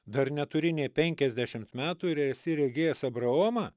dar neturi nė penkiasdešimt metų ir esi regėjęs abraomą